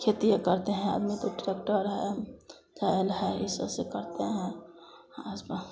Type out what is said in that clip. खेतिए करते हैं आदमी तो ट्रैक्टर है सबसे करते हैं आसपास